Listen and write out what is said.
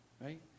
right